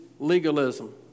Legalism